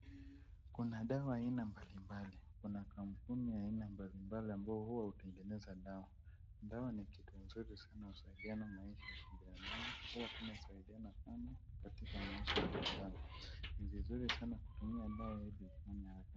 Kuna dawa aina mbali mbali. Kuna kampuni ya aina mbali mbali ambazo huwa hutengeneza dawa. Dawa ni kitu mzuri sana husaidiana maisha wa binadamu. Hua inasaidiana sana katika vitu kadhaa. Ni vizuri sana kutumia dawa ili upone haraka.